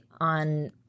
on